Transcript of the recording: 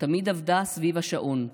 תמיד עבדה סביב השעון,